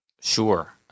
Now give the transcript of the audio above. Sure